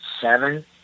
seven